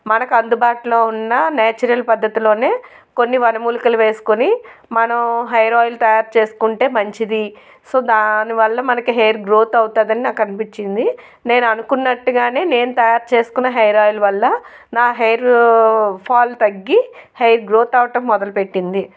మనకు అందుబాటులో ఉన్న నేచురల్ పద్ధతిలోనే కొన్ని వనమూలికలు వేసుకొని మనం హెయిర్ ఆయిల్ తయారు చేసుకుంటే మంచిది సో దాని వల్ల మనకి హెయిర్ గ్రోత్ అవుతుంది అని నాకు అనిపించింది నేను అనుకున్నట్టుగానే నేను తయారు చేసుకున్న హెయిర్ ఆయిల్ వల్ల నా హెయిర్ ఫాల్ తగ్గి హెయిర్ గ్రోత్ అవ్వటం మొదలు పెట్టింది